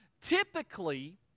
Typically